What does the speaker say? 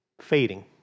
fading